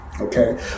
Okay